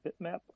bitmap